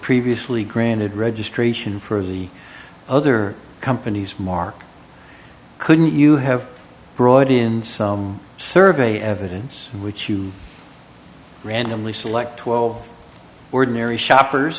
previously granted registration for the other companies mark couldn't you have brought in some survey evidence which you randomly select twelve ordinary shoppers